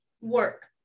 Work